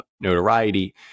notoriety